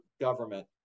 government